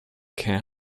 camp